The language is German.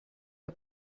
der